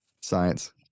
Science